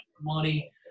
money